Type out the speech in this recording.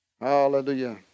Hallelujah